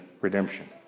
redemption